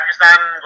Pakistan